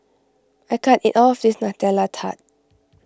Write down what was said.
I can't eat all of this Nutella Tart